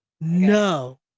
No